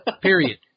period